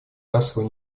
расовой